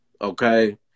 Okay